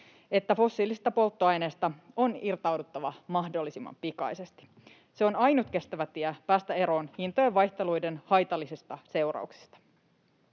että fossiilisista polttoaineista on irtauduttava mahdollisimman pikaisesti. Se on ainut kestävä tie päästä eroon hintojen vaihteluiden haitallisista seurauksista.